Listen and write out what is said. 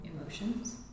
emotions